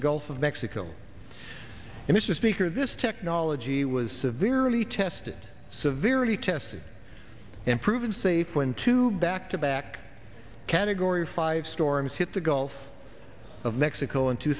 the gulf of mexico and it's a speaker this technology was severely tested severely tested and proven safe when two back to back category five storms hit the gulf of mexico in two